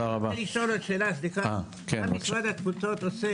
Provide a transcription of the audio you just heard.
שאלה: מה משרד התפוצות עושה